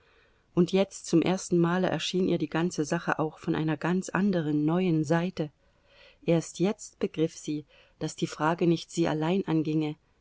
und jetzt zum ersten male erschien ihr die ganze sache auch von einer ganz anderen neuen seite erst jetzt begriff sie daß die frage nicht sie allein anginge